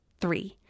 Three